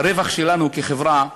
הרווח שלנו כחברה,